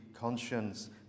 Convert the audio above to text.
conscience